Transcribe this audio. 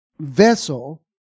vessel